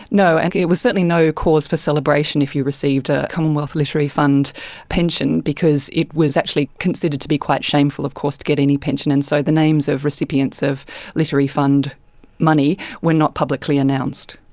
no, and it was certainly no cause the celebration if you received a commonwealth literary fund pension, because it was actually considered to be quite shameful of course to get any pension. and so the names of recipients of literary fund money were not publicly announced.